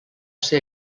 ser